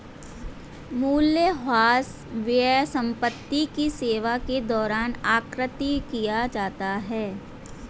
मूल्यह्रास व्यय संपत्ति की सेवा के दौरान आकृति किया जाता है